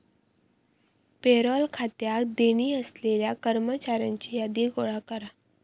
payroll खात्यात देणी असलेल्या कर्मचाऱ्यांची यादी गोळा कर